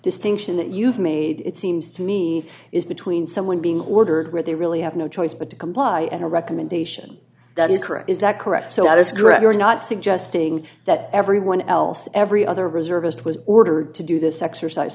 distinction that you've made it seems to me is between someone being ordered where they really have no choice but to comply and a recommendation that is correct is that correct so that is greg you're not suggesting that everyone else every other reservist was ordered to do this exercise